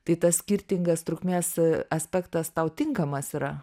tai tas skirtingas trukmės aspektas tau tinkamas yra